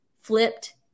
flipped